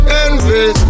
envy